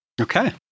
Okay